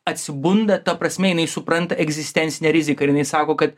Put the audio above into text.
atsibunda ta prasme jinai supranta egzistencinę riziką ir jinai sako kad